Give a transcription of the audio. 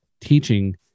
teaching